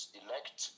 elect